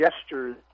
gestures